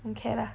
okay lah